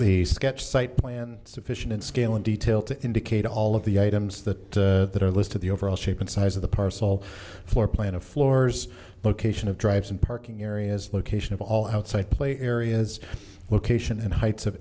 the sketch site plan sufficient in scale and detail to indicate all of the items that are listed the overall shape and size of the parcel floor plan of floors location of drives and parking areas location of all outside play areas location and heights of